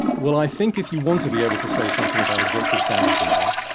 well i think if you want to be able to say something about objective standards in art,